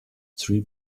three